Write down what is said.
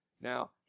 now